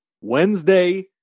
Wednesday